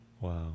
Wow